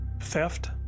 theft